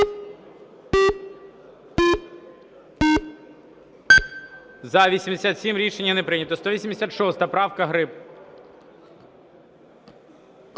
За-87 Рішення не прийнято. 186 правка, Гриб.